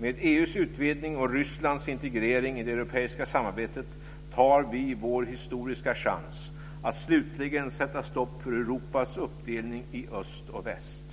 Med EU:s utvidgning och Rysslands integrering i det europeiska samarbetet tar vi vår historiska chans att slutligen sätta stopp för Europas uppdelning i öst och väst.